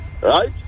right